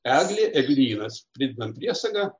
eglė eglynas pridedam priesagą